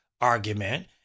argument